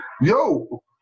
yo